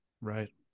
Right